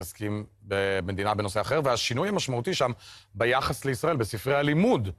עוסקים במדינה בנושא אחר, והשינוי משמעותי שם ביחס לישראל, בספרי הלימוד.